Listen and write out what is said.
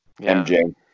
MJ